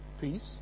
Peace